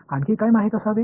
आणखी काय माहित असावे